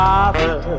Father